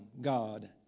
God